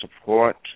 support